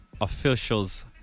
officials